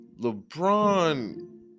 LeBron